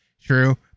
True